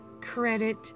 credit